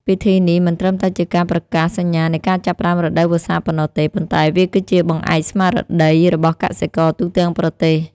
ពិធីនេះមិនត្រឹមតែជាការប្រកាសសញ្ញានៃការចាប់ផ្តើមរដូវវស្សាប៉ុណ្ណោះទេ ប៉ុន្តែវាគឺជាបង្អែកស្មារតីរបស់កសិករទូទាំងប្រទេស។